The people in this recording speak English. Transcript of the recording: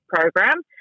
program